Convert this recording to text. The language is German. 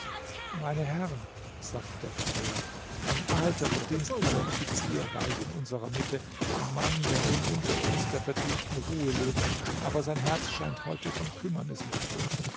meine herren sagte der friseur ein alter verdienstvoller offizier weilt in unserer mitte ein mann der nun unter uns der verdienten ruhe lebt aber sein herz scheint heute von kümmernissen bedrückt